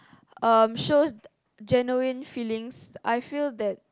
um shows genuine feelings I feel that